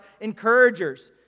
encouragers